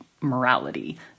morality